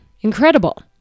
Incredible